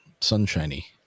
sunshiny